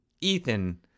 Ethan